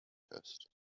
test